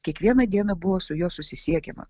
kiekvieną dieną buvo su juo susisiekiama